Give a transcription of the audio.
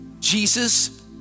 Jesus